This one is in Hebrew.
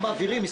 הם מעבירים.